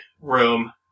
room